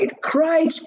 cried